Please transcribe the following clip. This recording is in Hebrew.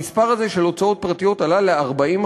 המספר הזה, של הוצאות פרטיות, עלה ל-40%.